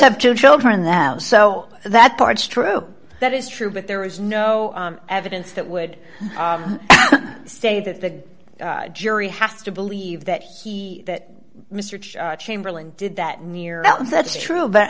have two children that so that part's true that is true but there is no evidence that would say that the jury has to believe that he that mr chamberlain did that near else that's true but